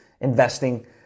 investing